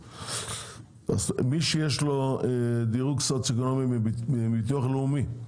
מי שיש לו דירוג סוציו-אקונומי מביטוח לאומי,